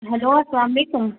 hello اَلسَلامُ علیکُم